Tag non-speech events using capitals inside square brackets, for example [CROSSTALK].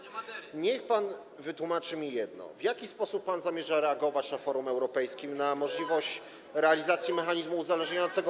Niech pan wytłumaczy mi jedno: W jaki sposób zamierza pan reagować na forum europejskim na możliwość [NOISE] realizacji mechanizmu uzależniającego.